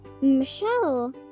michelle